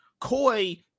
Koi